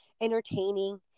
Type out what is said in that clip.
entertaining